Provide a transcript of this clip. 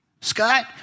Scott